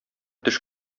төш